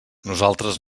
nosaltres